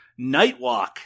Nightwalk